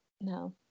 no